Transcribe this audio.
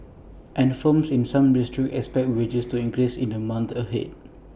and firms in some districts expect wages to increase in the months ahead